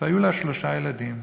והיו לה שלושה ילדים.